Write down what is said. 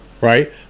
right